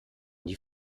die